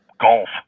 golf